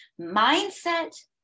Mindset